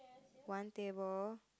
one table